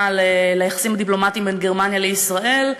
ליחסים הדיפלומטיים בין גרמניה לישראל,